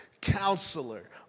Counselor